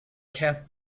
cap